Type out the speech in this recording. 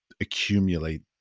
accumulate